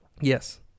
Yes